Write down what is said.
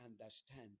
understand